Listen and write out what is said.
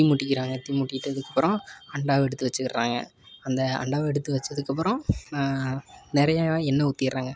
தீ மூட்டிக்கிறாங்க தீ மூட்டிக்கிட்டதுக்கப்புறம் அண்டாவை எடுத்து வச்சுக்கிறாங்க அந்த அண்டாவை எடுத்து வைச்சதுக்கப்பறம் நிறைய எண்ணெய் ஊற்றிர்றாங்க